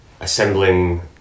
assembling